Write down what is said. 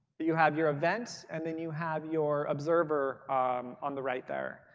you have your events and then you have your observer on the right there.